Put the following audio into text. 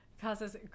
causes